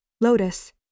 Lotus